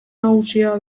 nagusia